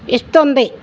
ఇస్తుంది